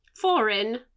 foreign